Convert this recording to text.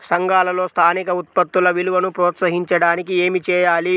సంఘాలలో స్థానిక ఉత్పత్తుల విలువను ప్రోత్సహించడానికి ఏమి చేయాలి?